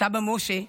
סבא משה,